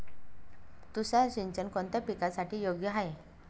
तुषार सिंचन कोणत्या पिकासाठी योग्य आहे?